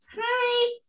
Hi